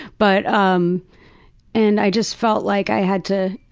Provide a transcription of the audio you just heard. but. um and i just felt like i had to,